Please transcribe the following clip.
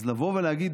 אז לבוא ולהגיד,